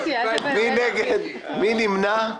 נגד, 14 נמנעים,